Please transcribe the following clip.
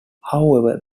however